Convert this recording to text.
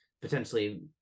potentially